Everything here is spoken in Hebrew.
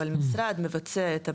אבל המשרד מבצע את הבדיקה.